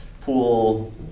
pool